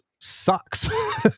sucks